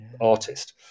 artist